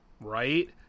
right